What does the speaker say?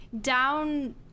down